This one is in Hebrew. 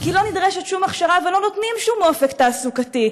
כי לא נדרשת שום הכשרה ולא ניתן שום אופק תעסוקתי,